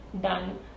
done